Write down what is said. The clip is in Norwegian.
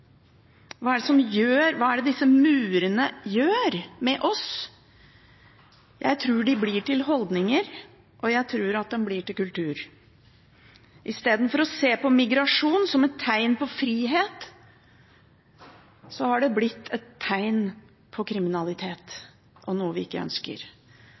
Hva er det disse murene gjør med oss? Jeg tror de blir til holdninger, og jeg tror de blir til kultur. Istedenfor å se på migrasjon som et tegn på frihet, har det blitt et tegn på kriminalitet og noe vi ikke ønsker.